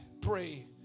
pray